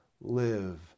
live